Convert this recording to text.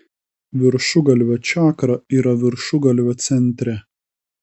viršugalvio čakra yra viršugalvio centre